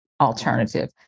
alternative